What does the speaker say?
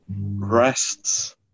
Rests